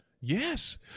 Yes